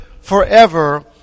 forever